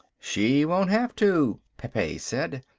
she won't have to, pepe said.